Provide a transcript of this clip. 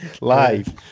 live